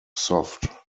soft